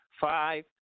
Five